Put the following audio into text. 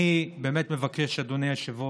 אני באמת מבקש, אדוני היושב-ראש,